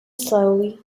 slowly